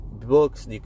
books